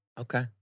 Okay